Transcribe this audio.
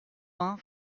vingt